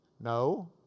no